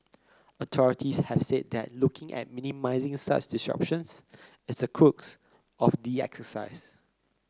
authorities have said that looking at minimising such disruptions is the crux of the exercise